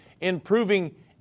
Improving